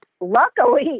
Luckily